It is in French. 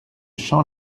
champ